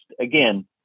again